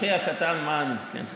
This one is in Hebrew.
אנוכי הקטן, מה אני, כן?